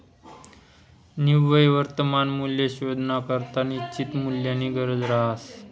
निव्वय वर्तमान मूल्य शोधानाकरता निश्चित मूल्यनी गरज रहास